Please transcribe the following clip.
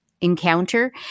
encounter